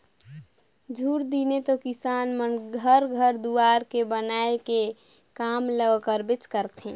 झूर दिने तो किसान मन हर घर दुवार के बनाए के काम ल करबेच करथे